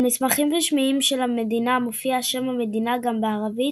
על מסמכים רשמיים של המדינה מופיע שם המדינה גם בערבית,